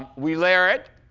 we layer it.